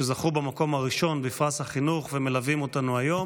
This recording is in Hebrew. שזכו במקום הראשון בפרס החינוך ומלווים אותנו היום,